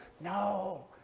no